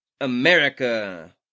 America